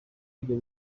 ibyo